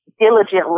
diligently